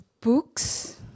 books